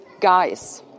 guys